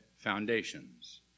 foundations